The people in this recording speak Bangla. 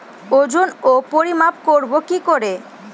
ওজন ও পরিমাপ করব কি করে?